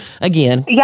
Again